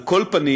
על כל פנים,